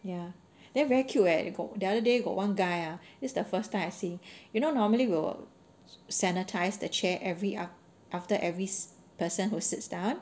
ya then very cute eh got the other day got one guy ah is the first time I see you know normally will sanitize the chair every aft~ after every person who sits down